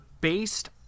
based